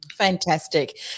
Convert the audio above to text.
Fantastic